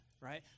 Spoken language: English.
right